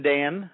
Dan